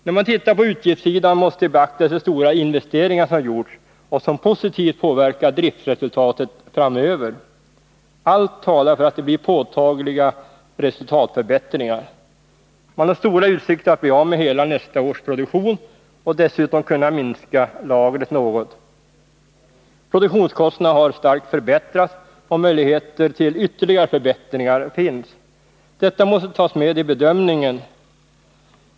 När man ser på utgiftssidan måste man beakta de stora investeringar som gjorts och som positivt påverkar driftsresultatet framöver. Allt talar för att det blir påtagliga resultatförbättringar. Man har stora utsikter att bli av med hela nästa års produktion och dessutom kunna minska lagret något. Produktionskostnaderna har starkt förbättrats, och möjligheter till ytterligare förbättringar finns. Detta måste tas med i bedömningen.